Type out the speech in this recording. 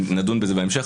נדון בזה בהמשך.